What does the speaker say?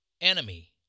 enemy